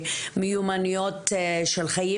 במיומנויות של חיים.